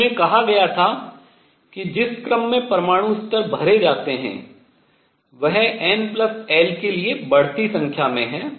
जिसमें कहा गया था कि जिस क्रम में परमाणु स्तर भरे जाते हैं वह nl के लिए बढ़ती संख्या में है